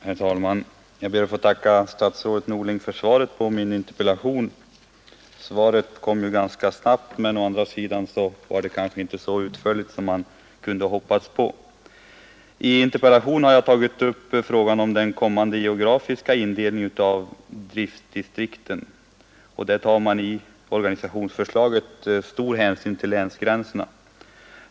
Herr talman! Jag ber att få tacka statsrådet Norling för svaret på min interpellation. Svaret kom ju ganska snabbt men var å andra sidan inte så utförligt som man kanske kunde hoppats på. I interpellationen har jag tagit upp frågan om den kommande geografiska indelningen av driftdistrikten. Man tar i det nya organisationsförslaget stor hänsyn till länsgränserna.